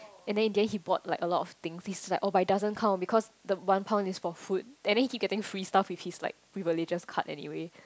and then in the end he bought like a lot of things he's like oh but it doesn't count because the one pound is for food and then he keep getting free stuff with his like privileges card anyway